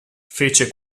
fece